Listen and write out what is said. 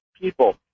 people